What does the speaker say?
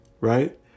right